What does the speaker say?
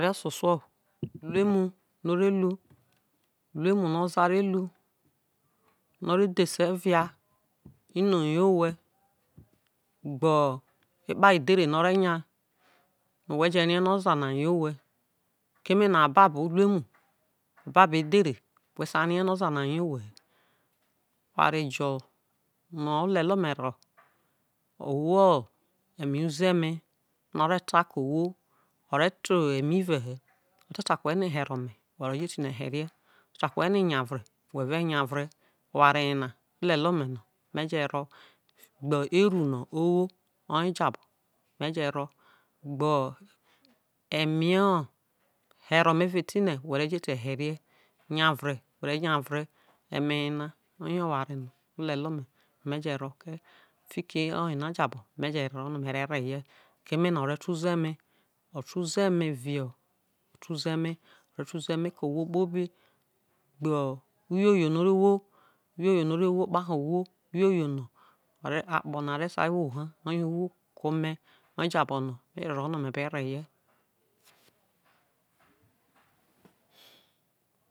Oro oso suo uwemu no o neni, uwemu no oza ore ru, no re odhese via, ino o you owhe, gbe epao idhere no re nya, no whe je ro ne no oza na you owhe, keme no ababo uruemu whe sai rie no oza na o you whe he, oware jo no o lele, omero o wo eme uzeme, o re ra eme lue he, oware na o lele ome me je ro gbe erro no owo oye jabo meje ro fiki oye na jabo me re rowokee no me re re bie keme no ore ta uzeme o ta uzeme vi gbe uyou ni o wo, uyoya no ore wo kpatie ohwo, uyoyou no akpo na re sai wo ho ke ome oye jabe no mero rowo no me be rehie.